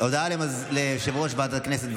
הודעה ליושב-ראש ועדת הכנסת.